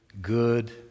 good